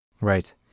Right